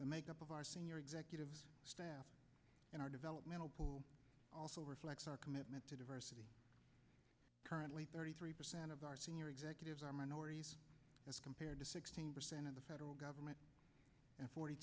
the makeup of our senior executive staff in our development also reflects our commitment to diversity currently thirty three percent of our senior executives are minorities as compared to sixteen percent of the federal government and forty